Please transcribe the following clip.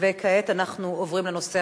וכעת אנחנו עוברים לנושא: